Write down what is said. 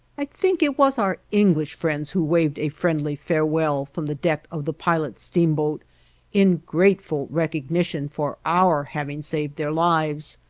i think it was our english friends who waved a friendly farewell from the deck of the pilot steamboat in grateful recognition for our having saved their lives,